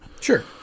Sure